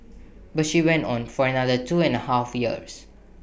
but she went on for another two and A half years